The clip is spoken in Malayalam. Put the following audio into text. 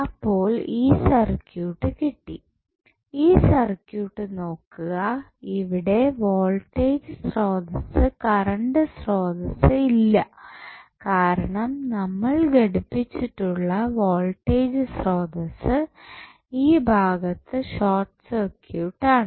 അപ്പോൾ ഈ സർക്യൂട്ട് കിട്ടി ഈ സർക്യൂട്ട് നോക്കുക ഇവിടെ വോൾട്ടേജ് സ്രോതസ്സ് കറണ്ട് സ്രോതസ്സ് ഇല്ല കാരണം നമ്മൾ ഘടിപ്പിച്ചിട്ടുള്ള വോൾട്ടേജ് സ്രോതസ്സ് ഈ ഭാഗത്ത് ഷോർട്ട് സർക്യൂട്ട് ആണ്